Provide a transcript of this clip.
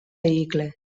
vehicle